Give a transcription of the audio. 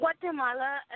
Guatemala